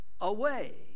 away